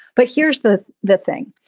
but here's the the thing.